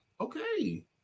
Okay